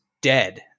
dead